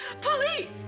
Police